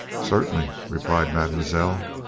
certainly, replied mademoiselle.